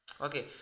Okay